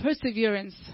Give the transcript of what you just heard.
perseverance